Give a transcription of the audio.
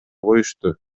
коюшту